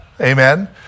Amen